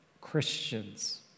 Christians